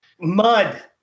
Mud